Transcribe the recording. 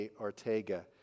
Ortega